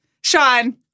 Sean